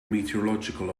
meteorological